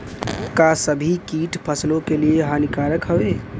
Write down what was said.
का सभी कीट फसलों के लिए हानिकारक हवें?